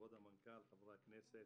כבוד המנכ"ל, חברי הכנסת,